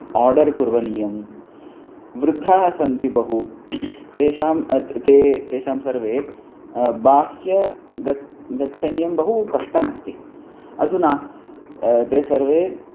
order करणीयं वृद्धाः सन्ति बहु तेषां ते ते तेषां सर्वे बाह्यगमनं गमनीयं बहु कष्टमस्ति अधुना ते सर्वे